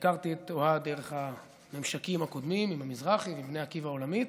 הכרתי את אוהד דרך הממשקים הקודמים עם המזרחי ועם בני עקיבא העולמית,